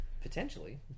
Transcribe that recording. Potentially